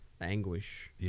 anguish